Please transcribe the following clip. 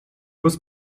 bez